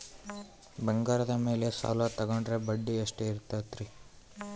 ಬಂಗಾರದ ಮೇಲೆ ಸಾಲ ತೋಗೊಂಡ್ರೆ ಬಡ್ಡಿ ಎಷ್ಟು ಇರ್ತೈತೆ?